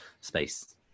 space